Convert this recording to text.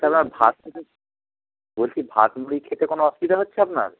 তাহলে আর ভাত খেতে বলছি ভাত মুড়ি খেতে কোনো অসুবিধা হচ্ছে আপনার